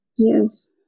Yes